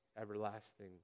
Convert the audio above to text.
everlasting